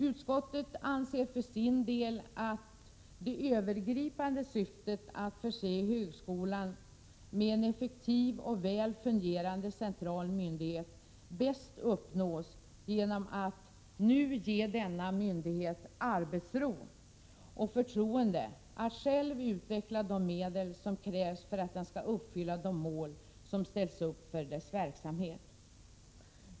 Utskottet anser att det övergripande syftet med att förse högskolan med en effektiv och väl fungerande central myndighet bäst uppnås genom att man nu ger denna myndighet arbetsro och förtroende att själv utveckla de medel som krävs för att den skall uppfylla de mål som ställs upp för dess verksamhet.